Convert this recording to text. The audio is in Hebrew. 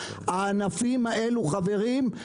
חברים,